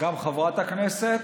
גם חברת הכנסת.